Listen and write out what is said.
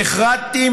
נחרדתי,